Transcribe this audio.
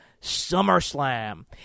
SummerSlam